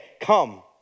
come